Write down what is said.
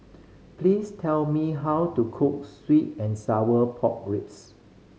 please tell me how to cook sweet and sour pork ribs